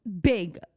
Big